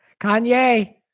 Kanye